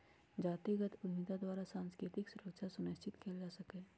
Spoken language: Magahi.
जातिगत उद्यमिता द्वारा सांस्कृतिक सुरक्षा सुनिश्चित कएल जा सकैय